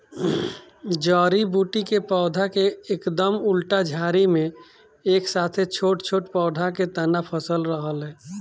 जड़ी बूटी के पौधा के एकदम उल्टा झाड़ी में एक साथे छोट छोट पौधा के तना फसल रहेला